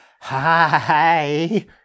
Hi